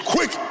Quick